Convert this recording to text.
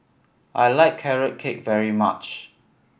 I like Carrot Cake very much